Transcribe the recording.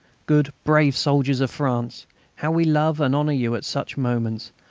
good, brave soldiers of france how we love and honour you at such moments,